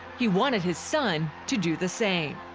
he wanted his son to do the same.